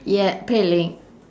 ye~ pei ling